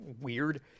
weird